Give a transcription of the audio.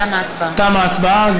תמה ההצבעה.